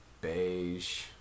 beige